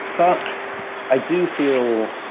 but i do feel,